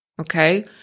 okay